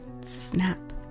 snap